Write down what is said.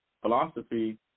philosophy